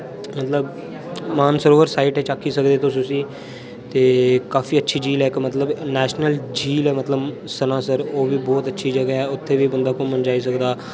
मतलब मानसरोवर साइड च आखी सकदे ओ तुस उस्सी ते काफी अच्छी झील ऐ इक मतलब नेशनल झील ऐ मतलब सनासर ओह्बी बहुत अच्छी जगहा ऐ उत्थे बी बंदा घुमन जाई सकदा